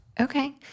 Okay